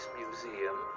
museum